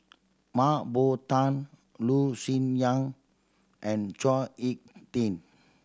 Mah Bow Tan Loh Sin Yun and Chao Hick Tin